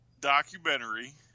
documentary